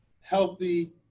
healthy